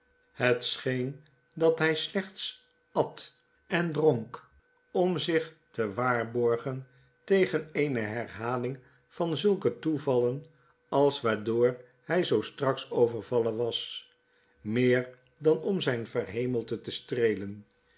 scheen dat hij slechts at en dronk om zich te waarborgen tegen eene herhaling van zulke toevallen als waardoor hy zoo straks overvallen was meer dan om zyn verhemelte te streelen